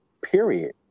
period